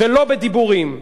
לא בדיבורים.